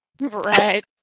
Right